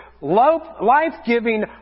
life-giving